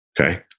Okay